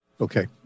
Okay